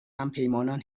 همپیمانان